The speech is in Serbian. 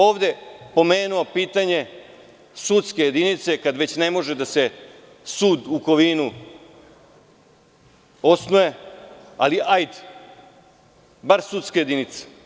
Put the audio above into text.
Ovde sam pomenuo pitanje sudske jedinice kad već ne može da se sud u Kovinu osnuje, bar sudska jedinica.